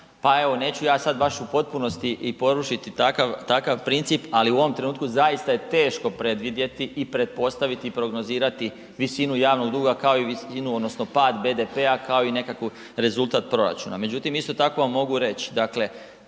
pa evo neću ja sad baš u potpunosti i porušiti takav princip ali u ovom trenutku zaista je teško predvidjeti i pretpostaviti i prognozirati visinu javnog duga kao i visinu odnosno pad BDP-a kao i nekakav rezultat proračuna. Međutim, isto tako vam mogu reć,